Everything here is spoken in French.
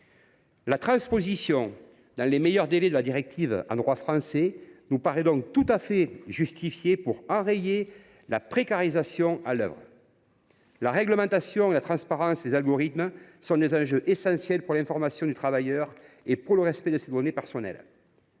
La transposition dans les meilleurs délais de la directive en droit français nous paraît donc tout à fait justifiée pour enrayer la précarisation à l’œuvre. La réglementation et la transparence des algorithmes sont des enjeux essentiels pour l’information des travailleurs et le respect de leurs données personnelles.